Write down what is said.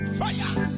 fire